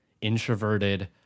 introverted